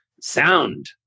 sound